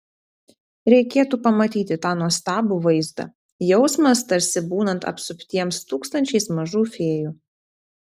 reikėtų pamatyti tą nuostabų vaizdą jausmas tarsi būnant apsuptiems tūkstančiais mažų fėjų